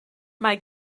mae